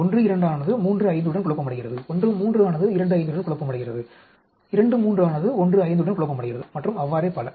12 ஆனது 35 உடன் குழப்பமடைகிறது 13 ஆனது 25 உடன் குழப்பமடைகிறது 23 ஆனது 15 உடன் குழப்பமடைகிறது மற்றும் அவ்வாறே பல